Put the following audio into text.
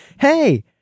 hey